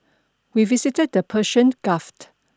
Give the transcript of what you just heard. we visited the Persian Gulf